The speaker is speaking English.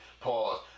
Pause